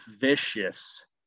vicious